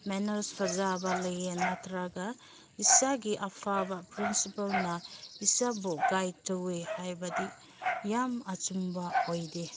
manners ꯐꯖꯕ ꯂꯩꯌꯦ ꯅꯠꯇ꯭ꯔꯒ ꯏꯁꯥꯒꯤ ꯑꯐꯕ ꯄ꯭ꯔꯤꯟꯁꯤꯄꯜꯅ ꯏꯁꯥꯕꯨ ꯒꯥꯏꯠ ꯇꯧꯋꯦ ꯍꯥꯏꯕꯗꯤ ꯌꯥꯝ ꯑꯆꯨꯝꯕ ꯑꯣꯏꯗꯦ